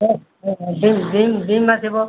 ହଁ ସେ ବିମ୍ ବିମ୍ ବିମ୍ ଆସିବ